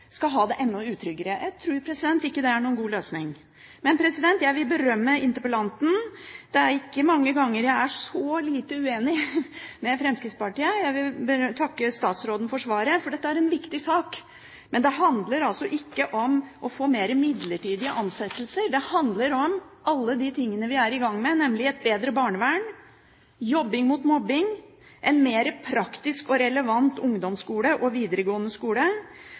skal ha det enda mer utrygt. Jeg tror ikke det er noen god løsning. Men jeg vil berømme interpellanten. Det er ikke mange ganger jeg er så lite uenig med Fremskrittspartiet. Jeg vil takke statsråden for svaret, for dette er en viktig sak. Men det handler altså ikke om å få mer midlertidige ansettelser. Det handler om alle de tingene vi er i gang med, nemlig et bedre barnevern, «Jobbing mot mobbing», en mer praktisk og relevant ungdomsskole og videregående skole.